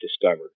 discovered